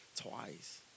twice